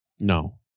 No